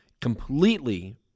completely